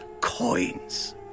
Coins